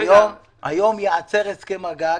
היום ייעצר הסכם הגג